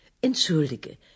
Entschuldige